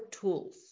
tools